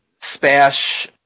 Spash